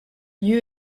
lieu